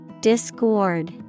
Discord